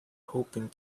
hoping